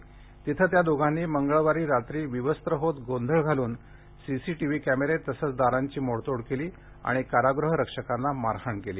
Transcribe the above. काराग़हात या दोघांनी मंगळवारी रात्री विवस्त्र होत गोंधळ घालून सी सी टी व्ही कॅमेरे तसच दारांची मोडतोड करत कारागृह रक्षकांना मारहाण केली